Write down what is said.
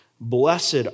Blessed